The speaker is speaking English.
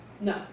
No